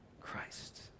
Christ